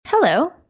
Hello